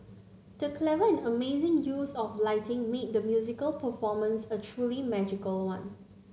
the clever and amazing use of lighting made the musical performance a truly magical one